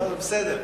לא, בסדר.